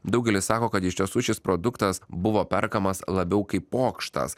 daugelis sako kad iš tiesų šis produktas buvo perkamas labiau kaip pokštas